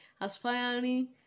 aspiring